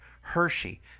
Hershey